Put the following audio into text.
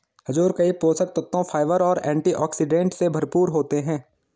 खजूर कई पोषक तत्वों, फाइबर और एंटीऑक्सीडेंट से भरपूर होते हैं